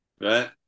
Right